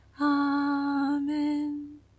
Amen